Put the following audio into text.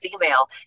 female